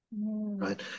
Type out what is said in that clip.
right